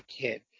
kid